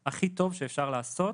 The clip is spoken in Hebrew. הכי טוב שאפשר לעשות